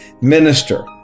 minister